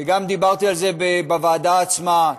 וגם דיברתי על זה בוועדה עצמה,